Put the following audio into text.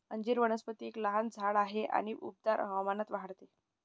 अंजीर वनस्पती एक लहान झाड आहे आणि उबदार हवामानात वाढते